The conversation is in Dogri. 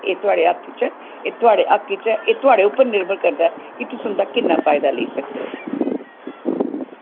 एह् थोआड़े हत्थ च एह् थोआड़े हक्क च ऐ एह् थोआड़े उप्पर निर्भर करदा ऐ कि तुस उंदा किन्ना फाइदा लेई सकदे ओ